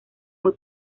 muy